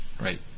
right